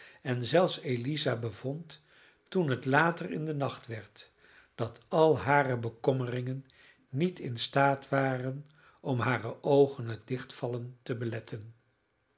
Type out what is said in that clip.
en zelfs eliza bevond toen het later in den nacht werd dat al hare bekommeringen niet in staat waren om hare oogen het dichtvallen te beletten